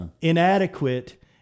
inadequate